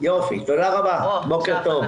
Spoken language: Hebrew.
בוקר טוב.